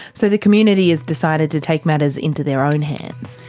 so the community has decided to take matters into their own hands.